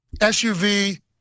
suv